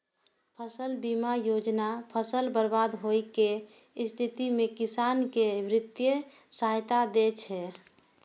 फसल बीमा योजना फसल बर्बाद होइ के स्थिति मे किसान कें वित्तीय सहायता दै छै